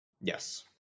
Yes